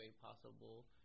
possible